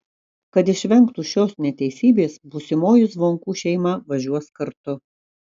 kad išvengtų šios neteisybės būsimoji zvonkų šeima važiuos kartu